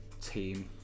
team